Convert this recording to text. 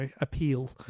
appeal